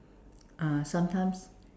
ah sometimes